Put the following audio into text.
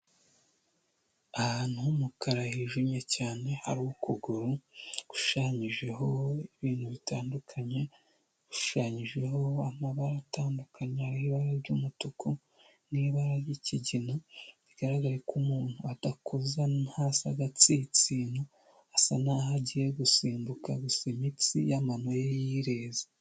Ahantu h'umukara hijimye cyane hari ukuguru gushushanyijeho ibintu bitandukanye, bishushanyijeho amabara atandukanye hariho ibara ry'umutuku n'ibara ry'ikigina bigaragare ko umuntu adakoza hasi agatsinsino, asa naho agiye gusimbuka gusa imitsi y'amano ye yireze.